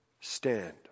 stand